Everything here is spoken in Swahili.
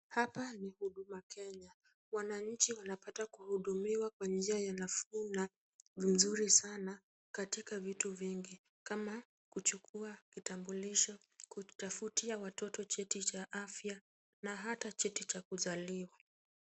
Hapa ni huduma kenya. Wananchi wanapata kuhudumiwa kwa njia ya nafuu na nzuri sana na katika vitu vingi kama kuchukua kitambulisho, kutafutia watoto cheti cha afya na hata cheti cha kuzaliwa.